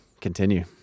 Continue